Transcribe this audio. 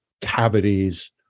cavities